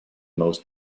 most